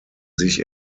sich